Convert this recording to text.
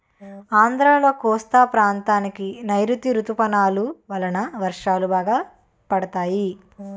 ఆంధ్రాలో కోస్తా ప్రాంతానికి నైరుతీ ఋతుపవనాలు వలన వర్షాలు బాగా పడతాయి